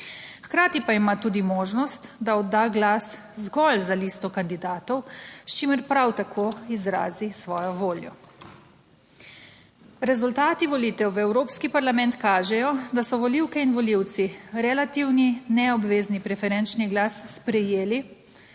Hkrati pa ima tudi možnost, da odda glas zgolj za listo kandidatov, s čimer prav tako izrazi svojo voljo. Rezultati volitev v evropski parlament kažejo, da so volivke in volivci relativni neobvezni preferenčni glas sprejeli,